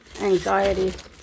anxiety